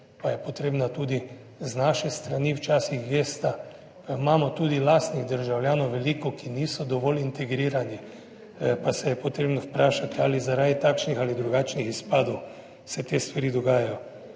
pa je potrebna tudi z naše strani včasih gesta. Pa imamo tudi lastnih državljanov veliko, ki niso dovolj integrirani, pa se je potrebno vprašati ali zaradi takšnih ali drugačnih izpadov se te stvari dogajajo.